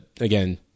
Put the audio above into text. again